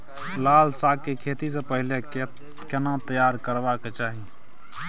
लाल साग के खेती स पहिले खेत केना तैयार करबा के चाही?